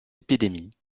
épidémies